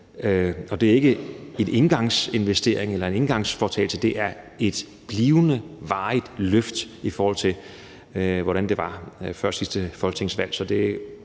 Det er ikke en engangsinvestering eller en engangsforetagelse, det er et blivende, varigt løft, i forhold til hvordan det var før sidste folketingsvalg.